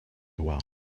well